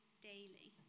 daily